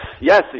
yes